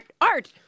art